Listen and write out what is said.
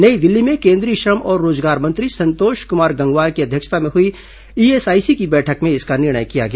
नई दिल्ली में केन्द्रीय श्रम और रोजगार मंत्री संतोष कुमार गंगवार की अध्यक्षता में हुई ईएसआईसी की बैठक में इसका निर्णय किया गया